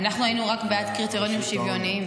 אנחנו היינו רק בעד קריטריונים שוויוניים,